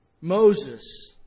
Moses